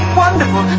wonderful